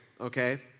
Okay